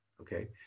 Okay